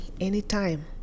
anytime